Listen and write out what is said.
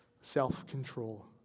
self-control